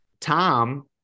Tom